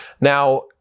Now